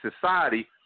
society